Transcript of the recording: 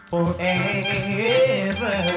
Forever